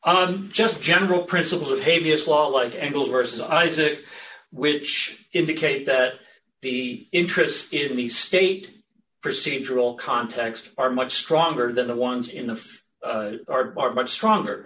just general principles of pavia slow like angle versus isaac which indicate that the interest in the state procedural context are much stronger than the ones in the five are much stronger